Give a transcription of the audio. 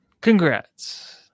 congrats